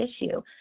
issue